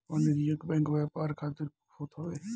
वाणिज्यिक बैंक व्यापार खातिर होत हवे